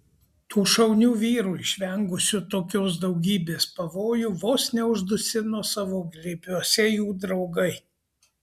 tų šaunių vyrų išvengusių tokios daugybės pavojų vos neuždusino savo glėbiuose jų draugai